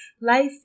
Life